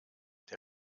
der